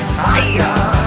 fire